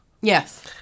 Yes